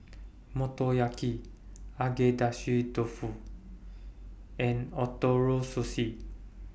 Motoyaki Agedashi Dofu and Ootoro Sushi